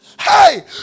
Hey